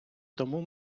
тому